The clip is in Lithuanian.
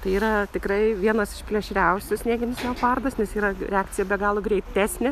tai yra tikrai vienas iš plėšriausių snieginis leopardas nes yra reakcija be galo greitesnė